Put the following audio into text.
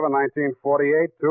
1948